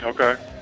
Okay